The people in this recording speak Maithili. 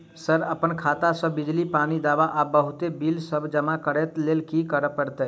सर अप्पन खाता सऽ बिजली, पानि, दवा आ बहुते बिल सब जमा करऽ लैल की करऽ परतै?